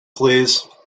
please